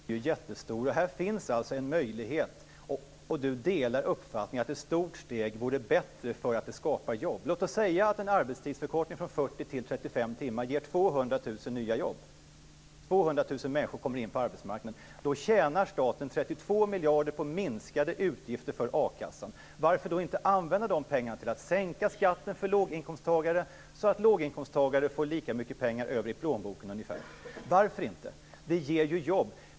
Fru talman! Arbetslösheten är ju jättestor, och här finns det alltså en möjlighet. Arbetsmarknadsministern delar också uppfattningen att ett stort steg vore bättre för att skapa jobb. Låt oss säga att en arbetstidsförkortning från 40 till 35 timmar ger 200 000 nya jobb - 200 000 människor kommer in på arbetsmarknaden. Då tjänar staten 32 miljarder kronor på minskade utgifter för a-kassan. Varför inte använda dessa pengar för att sänka skatten för låginkomsttagarna, så att låginkomsttagarna får ungefär lika mycket pengar över i plånböckerna? Det ger ju jobb.